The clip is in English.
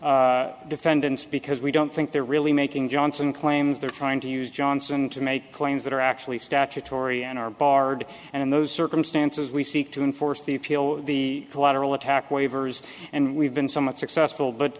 particular defendants because we don't think they're really making johnson claims they're trying to use johnson to make claims that are actually statutory and are barred and in those circumstances we seek to enforce the appeal the collateral attack waivers and we've been somewhat successful but